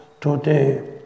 today